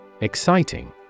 Exciting